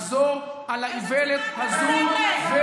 לחזור על האיוולת הזאת.